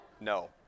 No